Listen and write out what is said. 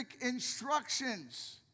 instructions